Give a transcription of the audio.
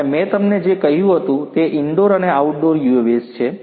અને મેં તમને જે કહ્યું હતું તે ઇન્ડોર અને આઉટડોર UAVs છે